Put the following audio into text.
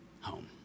home